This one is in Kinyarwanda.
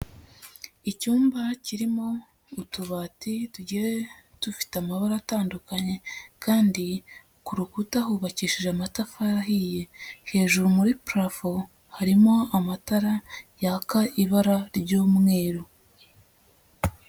Icyumba kirimo utubati tugiye dufite amabara atandukanye kandi ku rukuta hubakishije amatafari ahiye. Hejuru muri parafo harimo amatara yaka ibara ry'umweru.